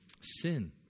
Sin